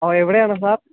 ഓ എവിടെയാണ് സാർ